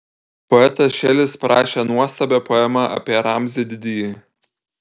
poetas šelis parašė nuostabią poemą apie ramzį didįjį